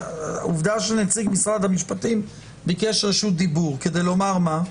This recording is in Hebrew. עובדה שנציג משרד המשפטים ביקש רשות דיבור כדי לומר מה?